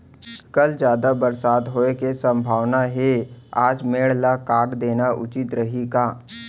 कल जादा बरसात होये के सम्भावना हे, आज मेड़ ल काट देना उचित रही का?